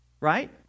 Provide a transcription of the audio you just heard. right